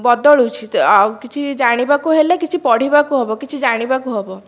ବଦଳୁଛି ଆଉ କିଛି ଜାଣିବାକୁ ହେଲେ କିଛି ପଢ଼ିବାକୁ ହେବ କିଛି ଜାଣିବାକୁ ହେବ